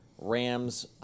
Rams